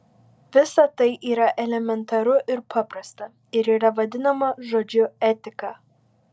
visa tai yra elementaru ir paprasta ir yra vadinama žodžiu etika